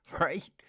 right